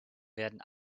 werden